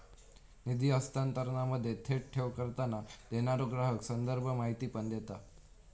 निधी हस्तांतरणामध्ये, थेट ठेव करताना, देणारो ग्राहक संदर्भ माहिती पण देता